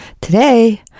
Today